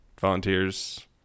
volunteers